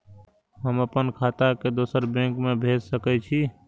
हम आपन खाता के दोसर बैंक में भेज सके छी?